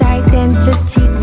identity